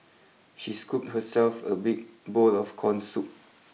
she scooped herself a big bowl of corn soup